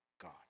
God